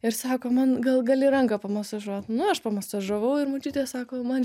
ir sako man gal gali ranką pamasažuot nu aš pamasažavau ir močiutė sako man